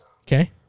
Okay